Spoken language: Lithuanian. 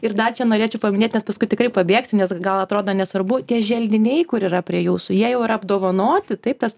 ir dar norėčiau paminėt nes paskui tikrai pabėgsim nes gal atrodo nesvarbu tie želdiniai kur yra prie jūsų jie jau yra apdovanoti taip tas